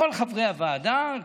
כל חברי הוועדה,